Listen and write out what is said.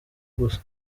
gusa